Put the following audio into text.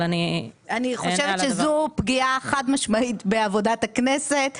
אבל אני --- אני חושבת שזו פגיעה חד משמעית בעבודת הכנסת,